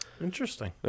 Interesting